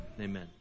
Amen